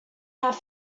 have